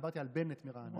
דיברתי על בנט ברעננה.